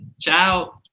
Ciao